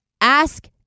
ask